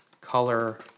color